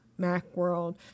Macworld